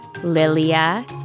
Lilia